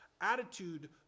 attitude